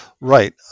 right